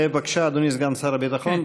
בבקשה, אדוני סגן שר הביטחון.